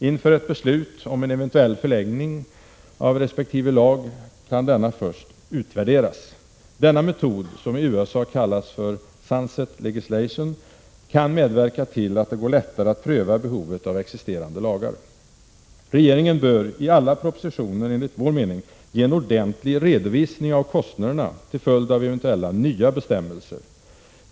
Inför ett beslut om eventuell förlängning av resp. lag kan denna först utvärderas. Denna metod, som i USA kallas ”sunset legislation”, kan medverka till att det går lättare att pröva behovet av existerande lagar. Regeringen bör enligt vår mening i alla propositioner ge en ordentlig redovisning av kostnaderna till följd av eventuella nya bestämmelser.